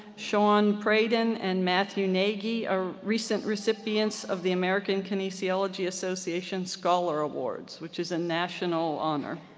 shawn pradhan and matthew nagy are recent recipients of the american kinesiology association scholar awards, which is a national honor.